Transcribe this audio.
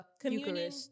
communion